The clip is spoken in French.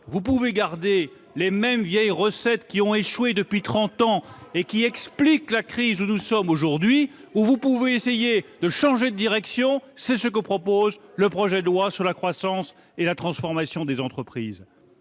vous pouvez garder les mêmes vieilles recettes qui ont échoué depuis trente ans et qui expliquent la crise dans laquelle nous sommes aujourd'hui, ou vous pouvez essayer de changer de direction, et c'est ce que nous proposons avec le projet de loi relatif à la croissance et la transformation des entreprises.